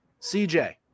CJ